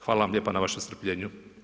Hvala vam lijepa na vašem strpljenju.